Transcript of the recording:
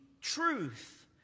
truth